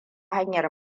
hanyar